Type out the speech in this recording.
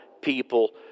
people